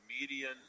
median